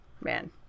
man